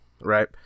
right